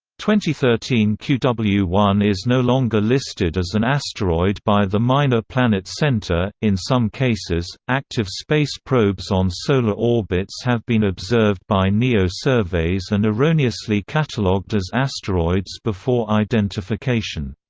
thirteen q w one is no longer listed as an asteroid by the minor planet center in some cases, active space probes on solar orbits have been observed by neo surveys and erroneously catalogued as asteroids before identification.